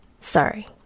sorry